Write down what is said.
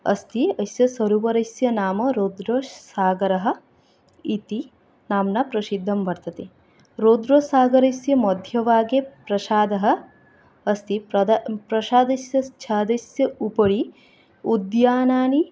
अस्ति अस्य सरोवरस्य नाम रौद्रसागरः इति नाम्ना प्रसिद्धं वर्तते रौद्रसागरस्य मध्यभागे प्रासादः अस्ति प्रासादस्य छादस्य उपरि उद्यानानि